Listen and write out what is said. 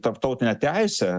tarptautine teise